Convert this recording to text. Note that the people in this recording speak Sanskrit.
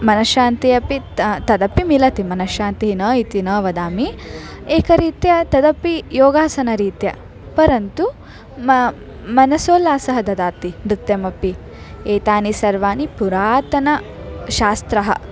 मनश्शान्तिः अपि त तदपि मिलति मनश्शान्तिः न इति न वदामि एकरीत्या तदपि योगासनरीत्या परन्तु म मनसोल्लासः ददाति नृत्यमपि एतानि सर्वाणि पुरातनशास्त्राणि